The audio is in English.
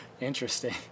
interesting